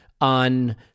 on